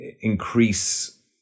increase